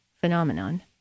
phenomenon